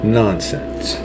nonsense